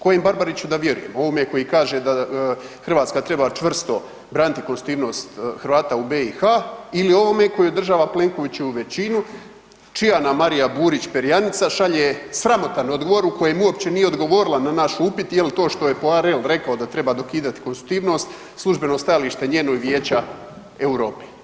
Kojem Barbariću da vjerujem, ovome koji kaže da Hrvatska treba čvrsto braniti konstitutivnost Hrvata u BiH ili ovome koji održava Plenkovićevu većinu čija nam Marija Burić perjanica šalje sramotan odgovor u kojem uopće nije odgovorila na naš upit je li to što je Poirel rekao da treba dokidati konstitutivnost službeno stajalište njeno i Vijeća Europe?